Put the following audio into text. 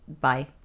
Bye